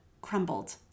crumbled